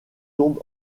tombe